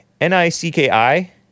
N-I-C-K-I